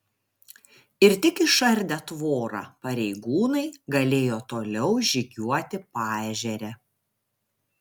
ir tik išardę tvorą pareigūnai galėjo toliau žygiuoti paežere